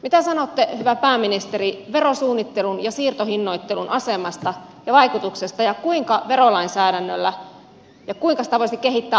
mitä sanotte hyvä pääministeri verosuunnittelun ja siirtohinnoittelun asemasta ja vaikutuksesta ja siitä kuinka sitä voisi kehittää verolainsäädännöllä oikeudenmukaisemmaksi